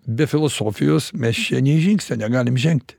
be filosofijos mes čia nei žingsnio negalim žengti